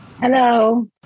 hello